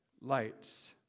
lights